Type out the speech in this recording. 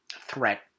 threat